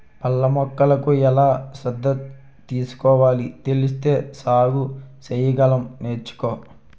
పళ్ళ మొక్కలకు ఎలా శ్రద్ధ తీసుకోవాలో తెలిస్తే సాగు సెయ్యగలం నేర్చుకో